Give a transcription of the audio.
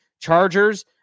chargers